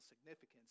significance